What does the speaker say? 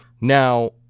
Now